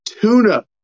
tuna